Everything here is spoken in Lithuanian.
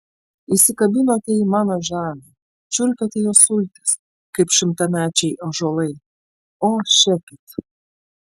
įsikabinote į mano žemę čiulpėte jos sultis kaip šimtamečiai ąžuolai o šekit